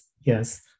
Yes